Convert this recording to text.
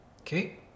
Okay